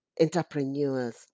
entrepreneurs